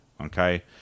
Okay